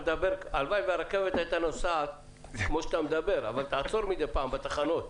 הלוואי והרכבת הייתה נוסעת כמו שאתה מדבר אבל תעצור מדי פעם בתחנות.